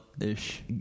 Ish